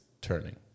turning